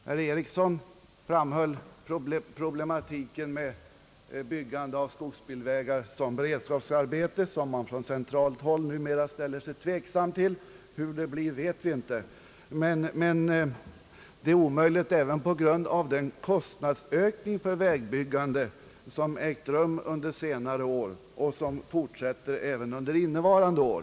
Herr Eriksson påpekade problematiken när det gäller byggande av skogsbilvägar i form av beredskapsarbeten, en sak som man på centralt håll numera ställer sig tveksam till — vad som därvidlag kommer att göras vet vi inte — men en sådan åtgärd är omöjlig även på grund av den kostnadsökning för vägbyggande som har ägt rum under senare år och som har fortsatt även under innevarande år.